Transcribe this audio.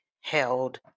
held